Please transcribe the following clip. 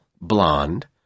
blonde